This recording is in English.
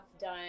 done